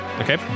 Okay